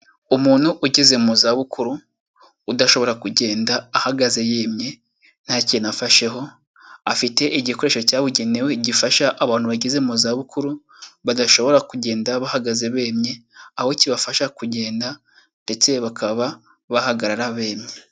Umuntu ugeze mu zabukuru udashobora kugenda ahagaze yemye nta kintu afasheho, afite igikoresho cyabugenewe gifasha abantu bageze mu zabukuru badashobora kugenda bahagaze bemye, aho kibafasha kugenda ndetse bakaba bahagarara bemye.